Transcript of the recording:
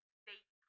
state